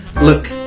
Look